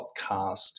podcast